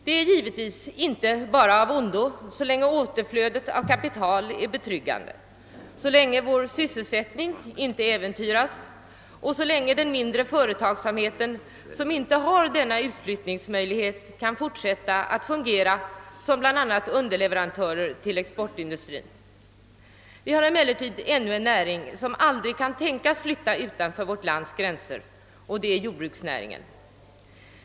Detta är givetvis inte bara av ondo så länge återflödet av kapital är betryggande, så länge vår sysselsättning inte äventyras och så länge den mindre företagsamheten, som inte har denna utflyttningsmöjlighet, kan fortsätta att fungera som bland annat underleverantörer till exportindustrin. Vi har emellertid ännu en näring som aldrig kan tänkas flytta utanför vårt lands gränser. Det är jordbruksnäringen.